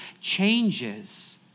changes